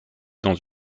dans